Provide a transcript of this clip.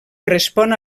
respon